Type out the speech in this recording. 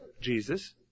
Jesus